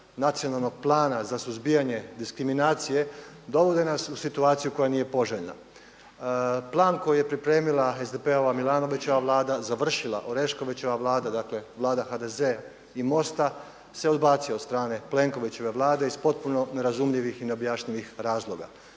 Nacionalnog plana za suzbijanje diskriminacije dovode nas u situaciju koja nije poželjna. Plan koji je pripremila SDP-ova, Milanovićeva Vlada završila Oreškovićeva Vlada, dakle Vlada HDZ i MOST-a se odbacio od strane Plenkovićeve Vlade iz potpuno nerazumljivih i neobjašnjivih razloga.